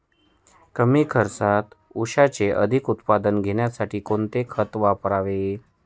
कमी खर्चात ऊसाचे अधिक उत्पादन घेण्यासाठी कोणते खत वापरावे?